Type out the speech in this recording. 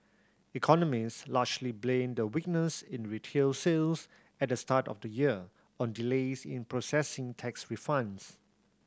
economist largely blame the weakness in retail sales at the start of the year on delays in processing tax refunds